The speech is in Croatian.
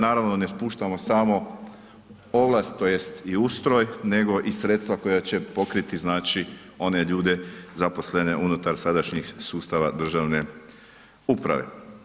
Naravno ne spuštamo samo ovlast tj. i ustroj, nego i sredstva koja će pokreti znači one ljude zaposlene unutar sadašnjih sustava državne uprave.